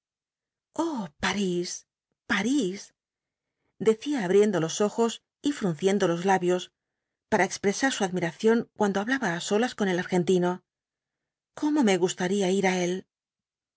parís parís decía abriendo los ojos y frunciendo los labios para expresar su admiración cuando hablaba á solas con el argentino cómo me gustaría ir á él